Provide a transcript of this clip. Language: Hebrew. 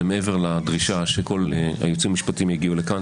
זה מעבר לדרישה שכל הייעוצים המשפטיים יגיעו לכאן,